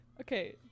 okay